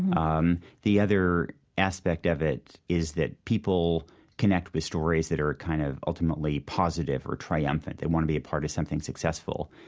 um the other aspect of it is that people connect with stories that are kind of ultimately positive or triumphant. they want to be a part of something successful.